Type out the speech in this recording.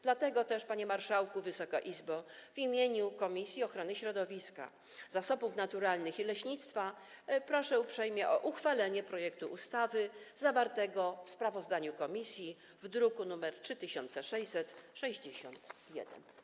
Dlatego, panie marszałku, Wysoka Izbo, w imieniu Komisji Ochrony Środowiska, Zasobów Naturalnych i Leśnictwa proszę uprzejmie o uchwalenie projektu ustawy zawartego w sprawozdaniu komisji w druku nr 3661.